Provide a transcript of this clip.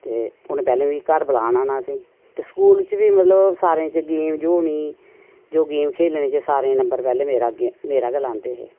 ते उनें पैह्लैं मिगी घर बलान आना असेंगी ते स्कूल च बी मतलब सारें च गेम जो होनी जो गेम खेलनी जे सारें च पेह्लैं नम्बर मेरा अग्गें मेरा गै लांदे हे